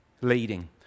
leading